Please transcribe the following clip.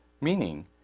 meaning